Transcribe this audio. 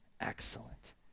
excellent